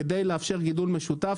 כדי לאפשר גידול משותף,